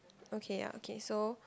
okay ya okay so